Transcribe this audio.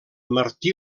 martí